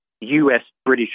U.S.-British